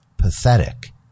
pathetic